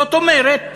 זאת אומרת